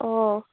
অঁ